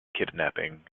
kidnapping